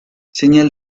señal